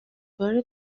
بار